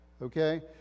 Okay